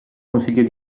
consiglio